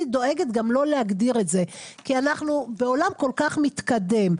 דואגת גם לא להגדיר את זה כי אנחנו בעולם כל כך מתקדם.